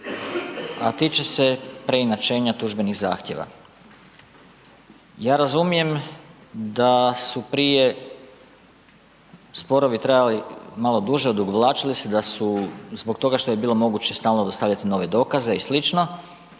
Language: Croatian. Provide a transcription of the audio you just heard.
a tiče se preinačenja tužbenih zahtjeva. Ja razumijem da su prije sporovi trajali malo duže, odugovlačili se, da su zbog toga što je bilo moguće stalo dostavljati nove dokaze i